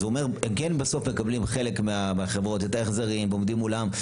והוא אומר שהחברות כן מקבלות את ההחזרים ועומדים מולם.